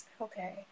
Okay